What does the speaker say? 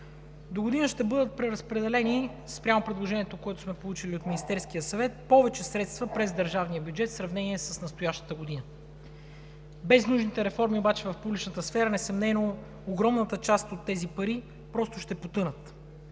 Догодина ще бъдат преразпределени спрямо предложението, което сме получили от Министерския съвет, повече средства през държавния бюджет в сравнение с настоящата година. Без нужните реформи обаче в публичната сфера несъмнено огромната част от тези пари просто ще потънат.